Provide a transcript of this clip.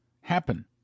happen